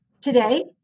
today